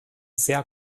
sehr